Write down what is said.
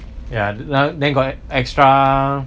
ya then got extra